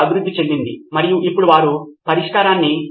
కాబట్టి ఉపాధ్యాయులందరూ అక్కడి వ్యవస్థలో బంధమును కూడా క్రమబద్ధీకరించవచ్చు